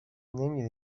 نمیره